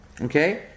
Okay